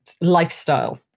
lifestyle